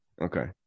Okay